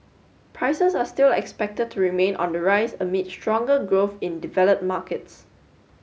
prices are still expected to remain on the rise amid stronger growth in developed markets